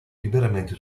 liberamente